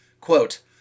Quote